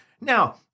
Now